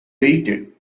waited